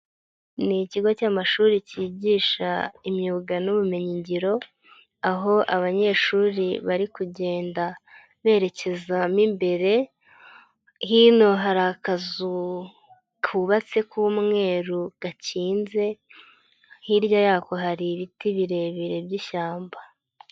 Ni ikigo cy'amashuri cyigisha imyuga n'ubumenyingiro aho abanyeshuri bari kugenda berekeza mo imbere, hino hari akazu kubatse k'umweru gakinze, hirya yako hari ibiti birebire by'ishyamba.